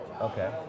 Okay